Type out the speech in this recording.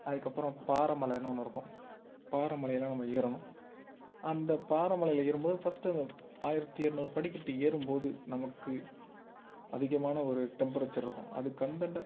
அதுக்கப்புறம் பாறை மலைன்னு ஒன்று இருக்கும் பாறை மலையில் நம்ம ஏறணும் அந்த பாறை மலையில் ஏறும்போது ஃபஸ்ட் அந்த ஆயிரத்தி இரநூறு படிக்கட்டு ஏறும்போது நமக்கு அதிகமான ஒரு டெம்ப்ரேச்சர் இருக்கும் அதுக்கந்தாண்ட